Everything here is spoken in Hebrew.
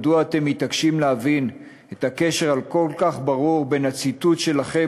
מדוע אתם מתעקשים לא להבין את הקשר הכל-כך ברור בין הציתות שלכם